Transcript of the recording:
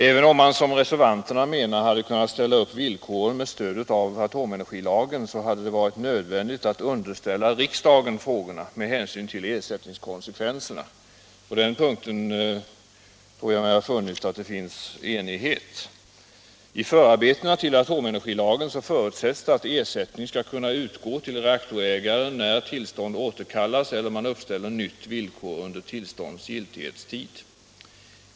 Även om man, som reservanterna menar, hade kunnat ställa upp villkoren med stöd av atomenergilagen, så hade det varit nödvändigt att underställa riksdagen frågorna med hänsyn till ersättningskonsekvenserna. På den punkten tror jag mig ha funnit att det råder enighet. I förarbetena till atomenergilagen förutsätts det att ersättning skall kunna utgå till reaktorägare, när tillstånd återkallas eller man uppställer nytt villkor under tillstånds giltighetstid.